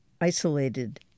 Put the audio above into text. isolated